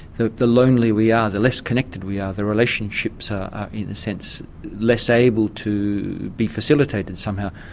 the the lonelier we are, the less connected we are. the relationships are in a sense less able to be facilitated somehow,